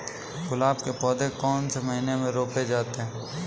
गुलाब के पौधे कौन से महीने में रोपे जाते हैं?